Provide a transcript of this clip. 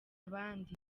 abandi